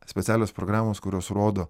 specialios programos kurios rodo